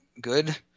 good